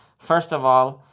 first of all,